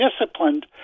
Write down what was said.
disciplined